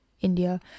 India